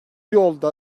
yolda